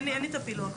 אין לי את הפילוח הזה.